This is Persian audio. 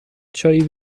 چایی